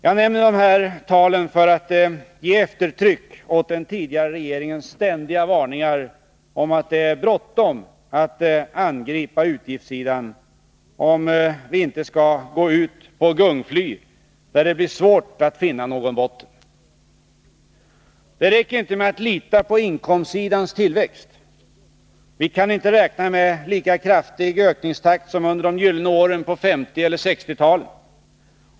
Jag nämner de här talen för att ge eftertryck åt den tidigare regeringens ständiga varningar om att det är bråttom att angripa utgiftssidan, om vi inte skall ”gå ut på gungfly”, där det blir svårt att finna någon botten. Det räcker inte med att lita på inkomstsidans tillväxt. Vi kan inte räkna med lika kraftig ökningstakt som under de gyllene åren på 1950 och 1960-talen.